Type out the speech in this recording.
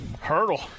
hurdle